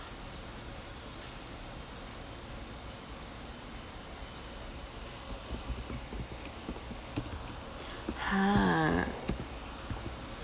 !huh!